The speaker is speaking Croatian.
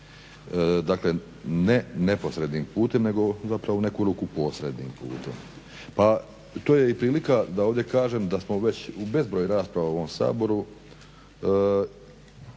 Dakle, ne neposrednim putem nego zapravo u neku ruku posrednim putem. Pa to je i prilika da ovdje kažem da smo već u bezbroj rasprava u ovom Saboru